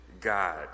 God